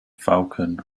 falcon